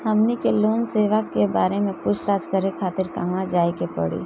हमनी के लोन सेबा के बारे में पूछताछ करे खातिर कहवा जाए के पड़ी?